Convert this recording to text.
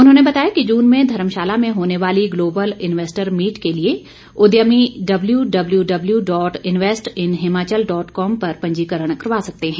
उन्होंने बताया कि जून में धर्मशाला में होने वाली ग्लोबल इन्वेस्टर मीट के लिए उद्यमी W W W dot invest in Himachal dot com पर पंजीकरण करवा सकते हैं